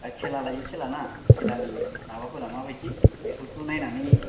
खेला लायै खेला ना खेलानि माबाफोरा मा बायदि बेफोरखौ नायनानै